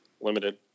Limited